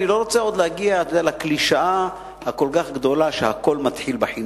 אני לא רוצה עוד להגיע לקלישאה הגדולה כל כך שהכול מתחיל בחינוך.